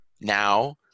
now